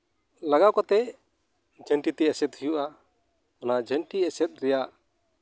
ᱞᱟᱜᱟᱣ ᱠᱟᱛᱮ ᱡᱷᱟᱹᱱᱴᱤ ᱛᱮ ᱮᱥᱮᱫ ᱦᱩᱭᱩᱜᱼᱟ ᱚᱱᱟ ᱡᱷᱟᱹᱱᱴᱤ ᱮᱥᱮᱫ ᱨᱮᱭᱟᱜ